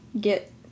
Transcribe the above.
get